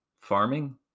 farming